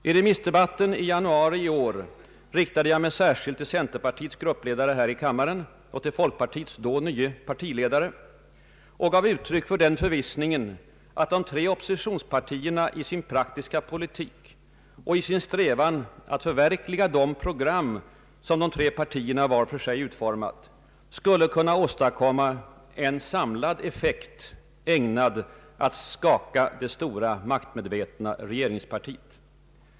I remissdebatten i januari i år riktade jag mig särskilt till centerpartiets gruppledare här i kammaren och till folkpartiets då nye partiledare och gav uttryck för den förvissningen, att de tre oppositionspartierna i sin praktiska politik och i sin strävan att förverkliga de program som de tre partierna vart för sig utformat skulle kunna åstadkomma en samlad effekt, ägnad att ”skaka det stora maktmedvetna regeringspartiet”.